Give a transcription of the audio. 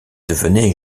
devenait